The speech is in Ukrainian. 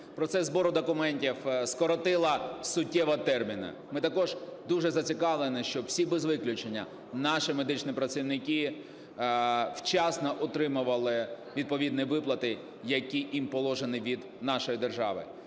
процес збору документів, скоротила суттєво терміни. Ми також дуже зацікавлені, щоб всі без виключення наші медичні працівники вчасно отримували відповідні виплати, які їм положені від нашої держави.